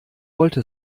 wollte